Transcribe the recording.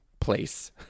place